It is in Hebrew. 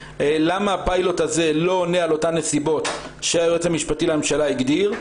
למה הפיילוט הזה לא עונה על אותן נסיבות שהיועץ המשפטי לממשלה הגדיר.